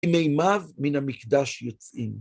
מימיו מן המקדש יוצאים.